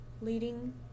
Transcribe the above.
leading